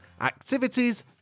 activities